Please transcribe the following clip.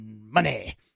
money